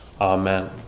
Amen